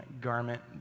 garment